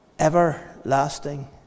Everlasting